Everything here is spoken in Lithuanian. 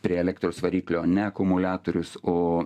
prie elektros variklio ne akumuliatorius o